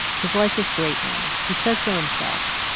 his life is great now, he says so himself.